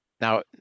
Now